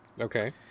Okay